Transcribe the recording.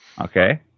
Okay